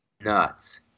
nuts